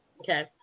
Okay